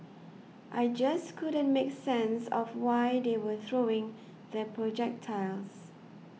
I just couldn't make sense of why they were throwing the projectiles